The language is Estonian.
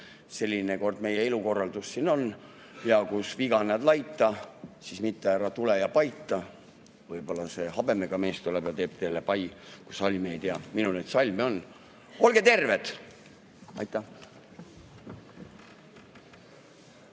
Selline kord meie elukorraldus siin on ja kus viga näed laita, siis mitte ära tule ja paita. Võib-olla see habemega mees tuleb ja teeb teile pai, kui salmi ei tea. Minul neid salme on. Olge terved!